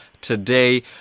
today